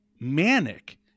manic